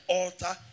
altar